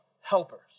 helpers